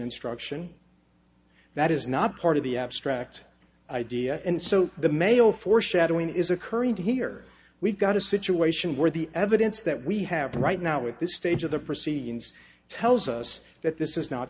instruction that is not part of the abstract idea and so the mayo foreshadowing is occurring here we've got a situation where the evidence that we have right now at this stage of the proceedings tells us that this is not